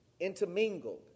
intermingled